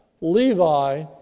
Levi